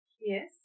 Yes